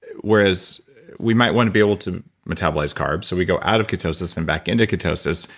whereas we might want to be able to metabolize carbs, so we go out of ketosis and back into ketosis,